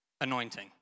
anointing